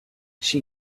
she